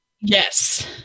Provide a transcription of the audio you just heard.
Yes